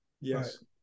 Yes